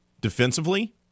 defensively